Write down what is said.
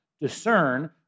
discern